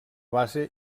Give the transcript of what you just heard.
base